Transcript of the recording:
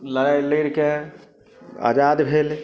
लड़ाइ लड़िके आजाद भेल